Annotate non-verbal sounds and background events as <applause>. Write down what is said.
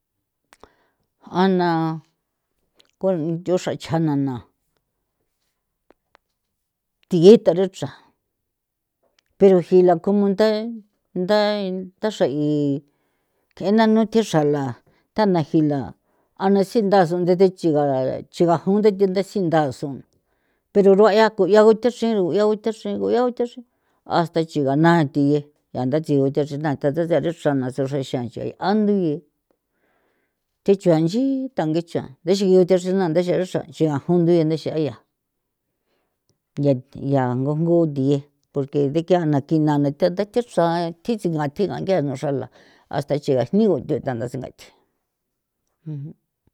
A na ko ncho xra chana na <noise> thiye tha richa <noise> pero ji la como ntha nthaxra k'e nanu thi xrala <noise> tha'na jila a na tsintha sunthete chiga chigajon ntha the ntha tsintha son pero rua'ia ko yao thi chrigo yao thi chrigo yao thi chrigo hasta chiga na thiye ya ntha tsigu tha chri ntha tha tsuse sari chra na sachrexia nchee a ngi thi chue nchi thangi cha dexi uthaxri na ntha <unintelligible> chia jon nthie ntha xe'ia ya ngu thiye porque re kiana thina na tha nda tji xra tji tsi nga thi ngai ki'a na xrala hasta chiga jnigo ntho thanda tsingathe. <noise>